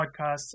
podcasts